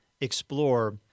explore